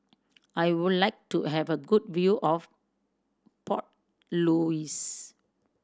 I would like to have a good view of Port Louis